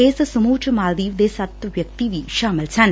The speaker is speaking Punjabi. ਇਸ ਸਮੁਹ ਚ ਮਾਲਦੀਵ ਦੇ ਸੱਤ ਵਿਅਕਤੀ ਵੀ ਸ਼ਾਮਲ ਸਨ